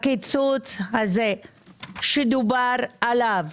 הקיצוץ הזה שדובר עליו